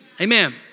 Amen